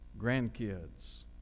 grandkids